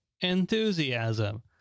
enthusiasm